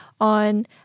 on